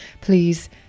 please